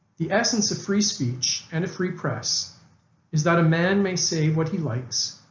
the essence of free speech and a free press is that a man may say what he likes,